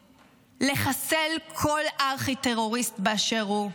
מלחסל כל ארכי-טרוריסט באשר הוא.